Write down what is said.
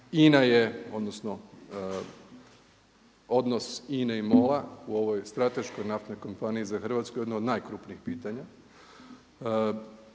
i Mađarske. Odnos INA-e i MOL-a u ovoj strateškoj naftnoj kompaniji za Hrvatsku jedna od najkrupnijih pitanja.